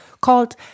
called